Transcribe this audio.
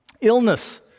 illness